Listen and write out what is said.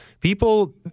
People